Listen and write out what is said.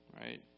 right